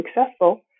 successful